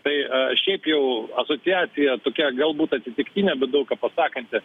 tai šiaip jau asociacija tokia galbūt atsitiktinė bet daug ką pasakanti